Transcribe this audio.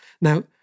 Now